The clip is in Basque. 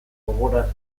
gogorarazi